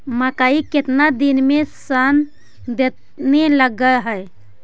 मकइ केतना दिन में शन देने लग है?